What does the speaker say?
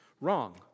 wrong